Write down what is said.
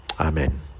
Amen